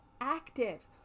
active